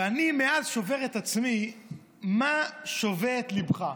ואני מאז שובר לעצמי את הראש מה שובה את ליבך,